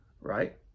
right